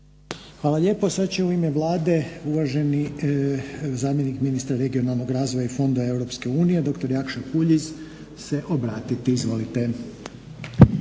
Hvala lijepa. Sada će u ime Vlade uvaženi zamjenik ministar regionalnog razvoja i fonda EU dr. Jakša Puljiz se obratiti. Izvolite.